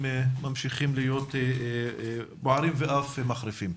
ממשיכים להיות בוערים ואף מחריפים.